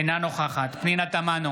אינה נוכחת פנינה תמנו,